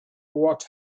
what